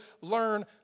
learn